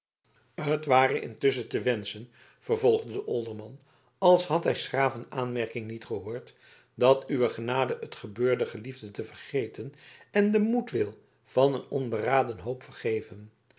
het ware intusschen te wenschen vervolgde de olderman als had hij s graven aanmerking niet gehoord dat uwe genade het gebeurde geliefde te vergeten en den moedwil van een onberaden hoop vergeven